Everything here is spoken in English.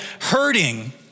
hurting